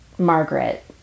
Margaret